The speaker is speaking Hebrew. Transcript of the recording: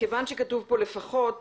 כיוון שכתוב פה לפחות,